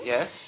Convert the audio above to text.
Yes